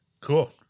Cool